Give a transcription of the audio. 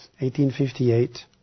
1858